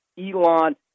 Elon